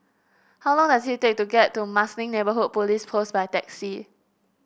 how long does it take to get to Marsiling Neighbourhood Police Post by taxi